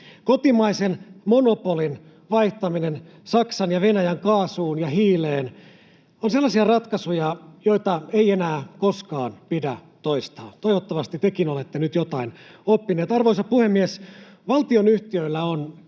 Kotimaisen monopolin vaihtaminen Saksan ja Venäjän kaasuun ja hiileen on sellaisia ratkaisuja, joita ei enää koskaan pidä toistaa. Toivottavasti tekin olette nyt jotain oppineet. Arvoisa puhemies! Valtionyhtiöillä on